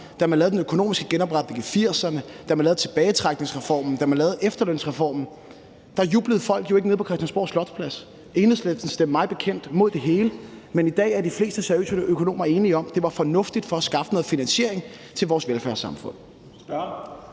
Da man lavede den økonomiske genopretning i 1980'erne, da man lavede tilbagetrækningsreformen, da man lavede efterlønsreformen, jublede folk jo ikke nede på Christiansborgs Slotsplads. Enhedslisten stemte mig bekendt imod det hele, men i dag er de fleste seriøse økonomer enige om, at det var fornuftigt for at skaffe noget finansiering til vores velfærdssamfund.